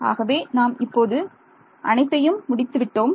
ஆகவே நாம் இப்போது அனைத்தையும் முடித்து விட்டோம்